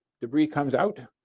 debris come out,